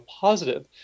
positive